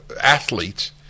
athletes